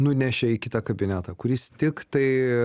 nunešė į kitą kabinetą kuris tiktai